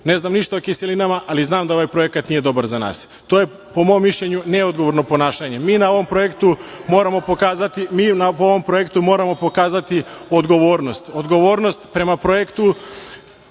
ne znam ništa o kiselinama, ali znam da ovaj projekat nije dobar za nas. To je, po mom mišljenju, neodgovorno ponašanje. Mi na ovom projektu moramo pokazati odgovornost, odgovornost prema projektu